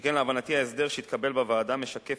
שכן להבנתי ההסדר שהתקבל בוועדה משקף